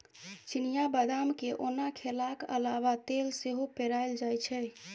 चिनियाँ बदाम केँ ओना खेलाक अलाबा तेल सेहो पेराएल जाइ छै